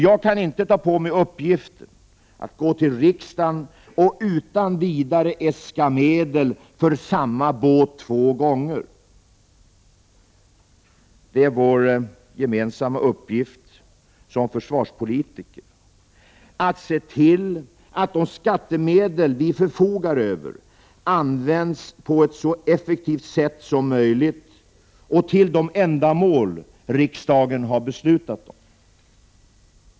Jag kan inte ta på mig uppgiften att utan vidare gå till riksdagen och äska medel för samma båt två gånger. Det är vår gemensamma uppgift som försvarspolitiker att se till att de skattemedel vi förfogar över används på ett så effektivt sätt som möjligt och till de ändamål riksdagen beslutat om.